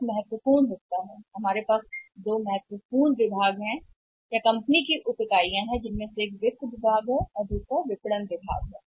यह महत्वपूर्ण हिस्सा है यहां देखें कि हमारे पास दो महत्वपूर्ण विभाग हैं या कंपनी के एक में उप इकाइयां वित्त विभाग और अन्य एक विपणन विभाग है सही